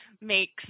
makes